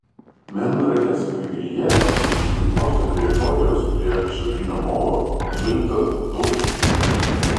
melnragės pajūryje ir iki uosto teritorijos prie šiaurinio molo surinkta daug šiukšlių